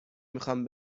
میخوام